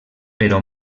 però